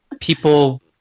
people